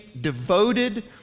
devoted